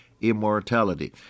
immortality